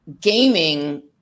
gaming